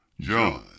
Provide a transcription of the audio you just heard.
John